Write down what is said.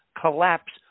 collapse